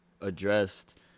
addressed